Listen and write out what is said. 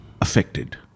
affected